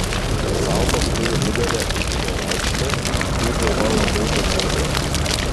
salpos turi didelę ūkinę reikšmę jų dirva labai derlinga